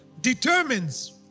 determines